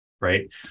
right